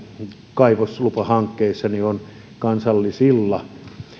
kaivoslupahankkeissa on kansallisilla